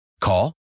Call